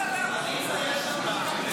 בושה.